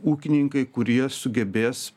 ūkininkai kurie sugebės